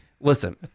listen